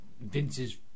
Vince's